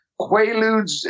quaaludes